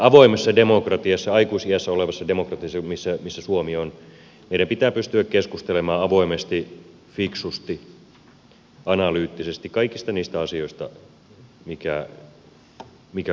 avoimessa demokratiassa aikuisiässä olevassa demokratiassa missä suomi on meidän pitää pystyä keskustelemaan avoimesti fiksusti analyyttisesti kaikista niistä asioista mitkä koetaan tärkeiksi